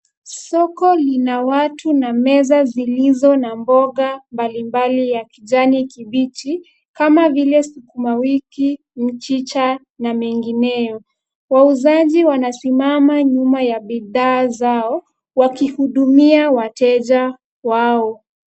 Soko lina watu na meza zilizo na bonga mbalimbali ya kijani kibichi kama vile sukuma wiki ,michicha , na mengineo. Wauzaji wanasimama nyuma ya bidhaa zao wakihudumia wateja wao